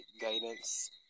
guidance